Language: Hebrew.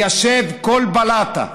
ליישב כל בלטה.